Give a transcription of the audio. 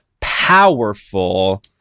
powerful